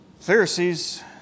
Pharisees